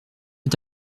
est